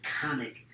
iconic